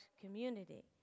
community